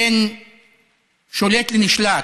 בין שולט לנשלט,